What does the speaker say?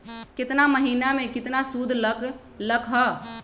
केतना महीना में कितना शुध लग लक ह?